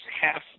half